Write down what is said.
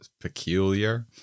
peculiar